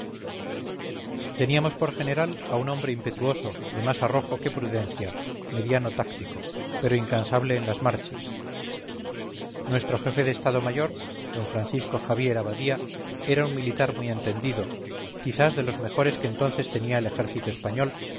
teníamos por general a un hombre impetuoso de más arrojo que prudencia mediano táctico pero incansable en las marchas nuestro jefe de estado mayor d francisco javier abadía era un militar muy entendido quizás de los mejores que entonces tenía el ejército español